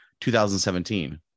2017